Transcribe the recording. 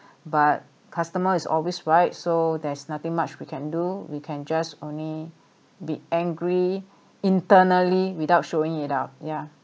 but customer is always right so there's nothing much we can do we can just only be angry internally without showing it out yeah